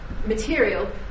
Material